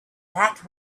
that